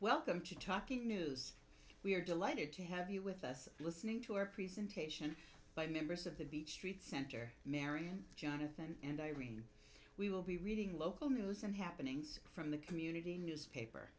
welcome to talking news we're delighted to have you with us listening to our presentation by members of the beach street center marian jonathan and irene we will be reading local news and happenings from the community newspaper